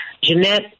Jeanette